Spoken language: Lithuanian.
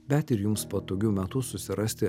bet ir jums patogiu metu susirasti